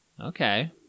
Okay